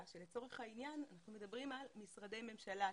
שלצורך העניין אנחנו מדברים על משרדי ממשלה,